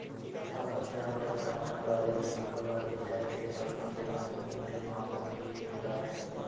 असम जहां बड़े पैमाने पर हरे भरे कंबल वाले चाय के बागान देखने को मिलेंगे जो आंखों के लिए एक इलाज है